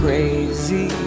Crazy